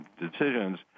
decisions